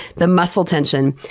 the muscle tension,